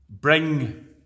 bring